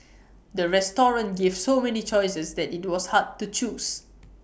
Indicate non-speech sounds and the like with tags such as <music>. <noise> the restaurant gave so many choices that IT was hard to choose